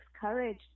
courage